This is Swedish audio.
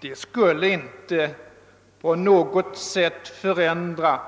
Det skulle inte på något sätt förändra